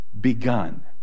begun